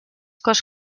cos